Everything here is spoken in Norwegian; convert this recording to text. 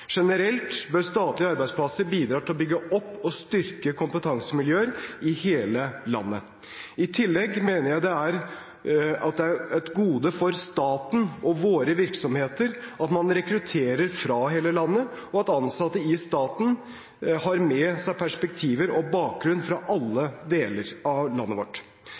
Generelt bør statlige arbeidsplasser bidra til å bygge opp og styrke kompetansemiljøer i hele landet. I tillegg mener jeg det er et gode for staten og våre virksomheter at man rekrutter fra hele landet, og at ansatte i staten har med seg perspektiver og bakgrunn fra alle deler av landet vårt.